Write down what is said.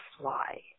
fly